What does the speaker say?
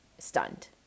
stunned